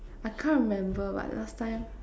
I can't remember but last time